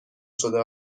شده